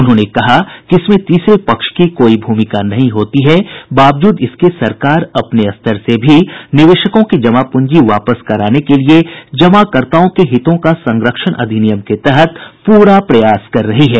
उन्होंने कहा कि इसमें तीसरे पक्ष की कोई भूमिका नहीं होती है बावजूद इसके सरकार अपने स्तर से भी निवेशकों की जमा पूंजी वापस कराने के लिए जमाकर्ताओं के हितों का संरक्षण अधिनियम के तहत पूरा प्रयास कर रही है